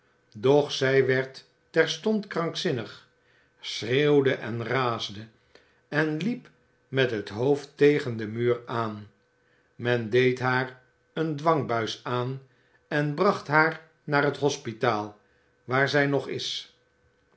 doch zij werd terstond krankzinnig schreeuwde en raasde en liep met het hoofd tegen den muur aan men deed haar een dwangbuis aan en bracht haar naar het hospitaal waar zij nog is